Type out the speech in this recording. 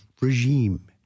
regime